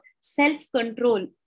self-control